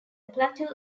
plateau